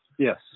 Yes